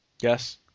Yes